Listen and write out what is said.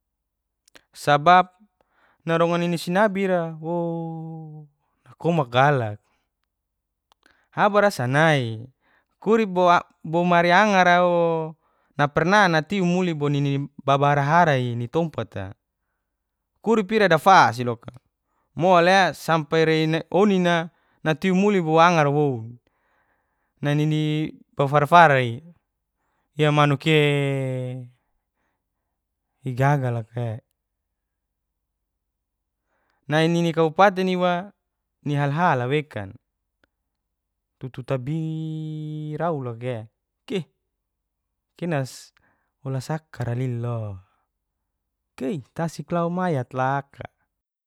Sabap narongar nini sinbi ira wooo komak galak habar sanai kurip bomari angar ooo perna natiu muli bo nini baba hara harai ni tompat urip dafas'i loka mole sampe rei ne onina natiu muli bo angar woun nai nini baba fara farai emanuke i gaga loka nani nini kabupatena iwa ni halhal a wekan tutu tabiiirau lukae keh kena ora sakara lillo keih tasik lau maya laka